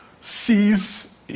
sees